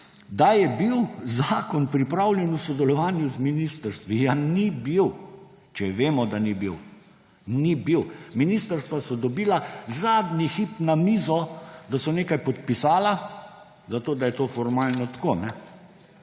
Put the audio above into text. da je bil zakon pripravljen v sodelovanju z ministrstvi. Ja ni bil. Če vemo, da ni bil. Ni bil. Ministrstva so dobila zadnji hip na mizo, da so nekaj podpisala, zato da je to formalno tako.